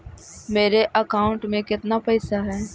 मेरे अकाउंट में केतना पैसा है?